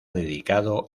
dedicado